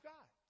God